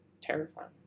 terrifying